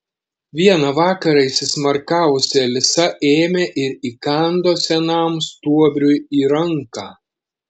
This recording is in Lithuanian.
vieną vakarą įsismarkavusi alisa ėmė ir įkando senam stuobriui į ranką